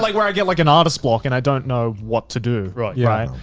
like, when i get like an artist's block and i don't know what to do. right. yeah right?